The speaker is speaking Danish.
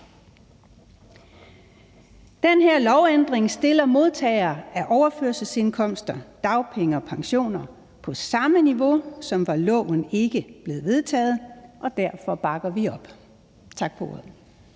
Den her lovændring stiller modtagere af overførselsindkomster, dagpenge og pensioner på samme niveau, som var loven ikke blevet vedtaget, og derfor bakker vi op om den.